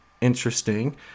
interesting